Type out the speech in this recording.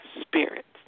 spirits